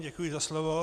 Děkuji za slovo.